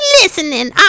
listening